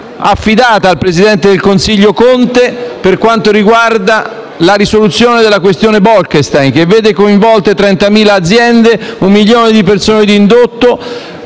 affidata al presidente del Consiglio Conte, relativa alla risoluzione della questione Bolkestein che vede coinvolte 30.000 aziende, un milione di persone che lavorano